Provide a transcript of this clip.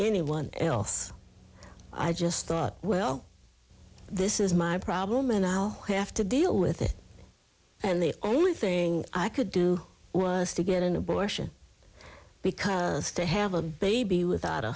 anyone else i just thought well this is my problem and i'll have to deal with it and the only thing i could do was to get an abortion because to have a baby without a